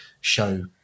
show